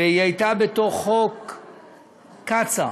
והיא הייתה סעיף בחוק קצא"א.